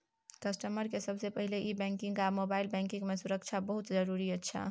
customer के सबसे पहला ई बैंकिंग आर मोबाइल बैंकिंग मां सुरक्षा बहुत जरूरी अच्छा